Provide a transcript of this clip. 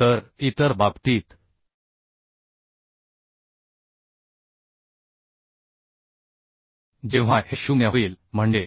तर इतर बाबतीत जेव्हा हे 0 होईल म्हणजे